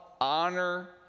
honor